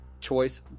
choice